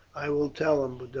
i will tell him,